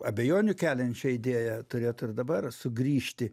abejonių keliančią idėją turėtų ir dabar sugrįžti